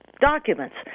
documents